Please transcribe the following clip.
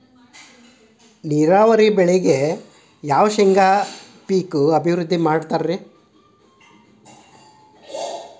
ನೇರಾವರಿ ಬೆಳೆಗಾಗಿ ಯಾವ ಶೇಂಗಾ ಪೇಕ್ ಅಭಿವೃದ್ಧಿ ಮಾಡತಾರ ರಿ?